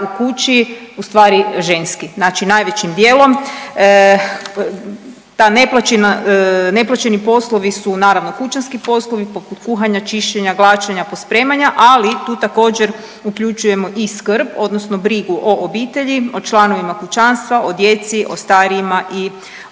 u kući ustvari ženski, znači najvećim dijelom ti neplaćeni poslovi su naravno kućanski poslovi poput kuhanja, čišćenja, glačanja, pospremanja, ali tu također uključujemo i skrb odnosno brigu o obitelji, o članovima kućanstva, o djeci, o starijima i supružnicima.